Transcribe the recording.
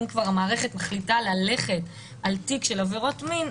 אם כבר המערכת מחליטה ללכת על תיק של עבירות מין,